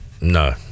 No